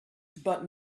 but